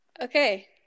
Okay